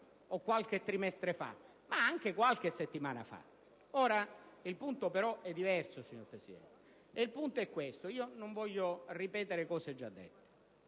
o qualche trimestre fa, ma anche qualche settimana fa. Il punto però è diverso, signor Presidente, ed è il seguente (non voglio ripetere cose già dette):